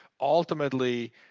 ultimately